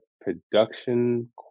production